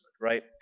right